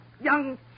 young